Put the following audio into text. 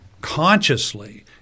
Consciously